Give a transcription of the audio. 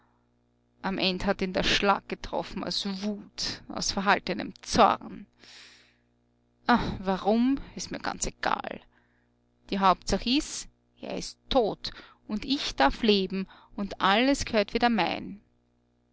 am end hat ihn der schlag getroffen aus wut aus verhaltenem zorn ah warum ist mir ganz egal die hauptsach ist er ist tot und ich darf leben und alles g'hört wieder mein